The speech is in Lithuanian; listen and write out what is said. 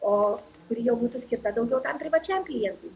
o kuri jau būtų skirta daugiau tam privačiam klientui